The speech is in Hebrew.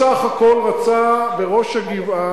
הוא בסך הכול רצה בראש הגבעה,